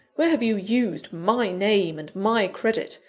where have you used my name and my credit?